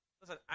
Listen